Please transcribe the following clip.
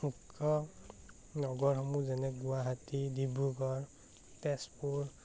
মুখ্য নগৰসমূহ যেনে গুৱাহাটী ডিব্ৰুগড় তেজপুৰ